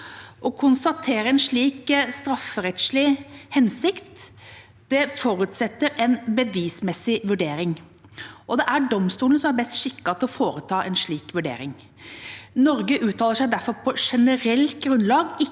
Å konstatere en slik strafferettslig hensikt forutsetter en bevismessig vurdering. Det er domstolene som er best skikket til å foreta en slik vurdering. Norge uttaler seg derfor på generelt grunnlag,